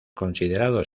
considerado